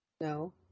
No